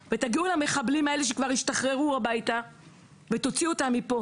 תתארגנו ותגיעו הביתה למחבלים שכבר השתחררו ותוציאו אותם מפה.